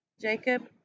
Jacob